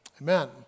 Amen